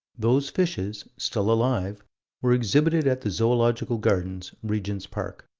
those fishes still alive were exhibited at the zoological gardens, regent's park.